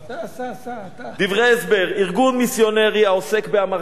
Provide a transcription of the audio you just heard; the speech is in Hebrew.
דברי הסבר: ארגון מיסיונרי העוסק בהמרת דת